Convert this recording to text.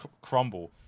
crumble